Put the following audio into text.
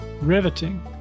Riveting